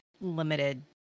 limited